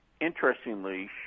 interestingly